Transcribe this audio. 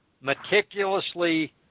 meticulously